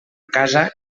casa